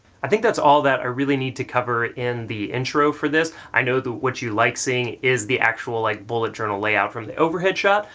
i think that's all that i really need to cover in the intro for this. i know that what you like seeing is the actual like bullet journal layout from the overhead shot.